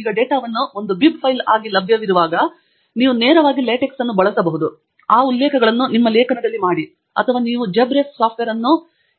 ಈಗ ಡೇಟಾವನ್ನು ಒಂದು ಬಿಬ್ ಫೈಲ್ ಆಗಿ ಒಮ್ಮೆ ಲಭ್ಯವಿರುವಾಗ ನಂತರ ನೀವು ನೇರವಾಗಿ ಲ್ಯಾಟೆಕ್ಸ್ ಅನ್ನು ಬಳಸಬಹುದು ಮತ್ತು ಆ ಉಲ್ಲೇಖಗಳನ್ನು ನಿಮ್ಮ ಲೇಖನದಲ್ಲಿ ಮಾಡಿ ಅಥವಾ ನೀವು ಜೆಬ್ಆರ್ಫ್ ಸಾಫ್ಟ್ವೇರ್ ಅನ್ನು